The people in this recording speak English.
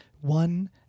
one